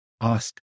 Ask